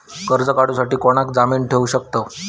कर्ज काढूसाठी कोणाक जामीन ठेवू शकतव?